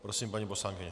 Prosím, paní poslankyně.